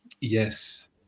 Yes